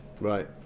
Right